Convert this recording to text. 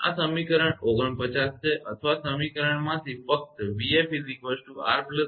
આ સમીકરણ 49 છે અથવા આ સમીકરણમાંથી ફક્ત 𝑣𝑓 𝑅𝑍𝑐2𝑅